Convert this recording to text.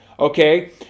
Okay